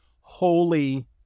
holy